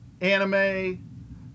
anime